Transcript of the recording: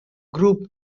group